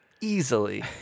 easily